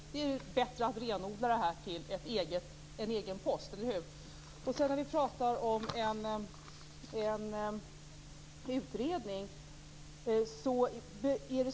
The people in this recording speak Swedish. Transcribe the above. Det är bättre att renodla stödet till en egen post, eller hur? Det talas här om en utredning.